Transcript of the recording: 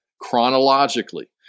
chronologically